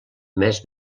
més